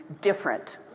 different